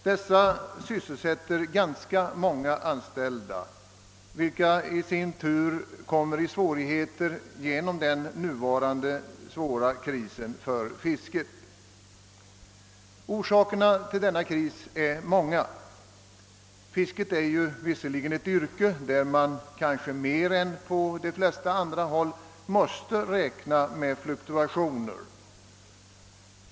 Dessa sysselsätter ganska många anställda, vilka alltså i sin tur kommer i svårigheter genom den nuvarande svåra krisen för fisket. Orsakerna till denna kris är många. Fisket är visserligen ett yrke där man kanske mer än på de flesta andra håll måste räkna med fluktuationer.